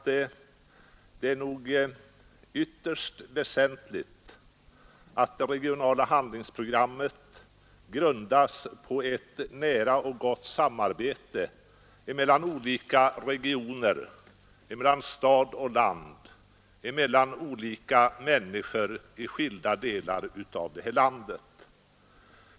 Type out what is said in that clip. Det är ytterst väsentligt att det regionala handlingsprogrammet grundas på ett nära och gott samarbete mellan olika regioner, mellan stad och land och mellan människor i skilda delar av detta land.